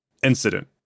Incident